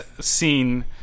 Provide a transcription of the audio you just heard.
scene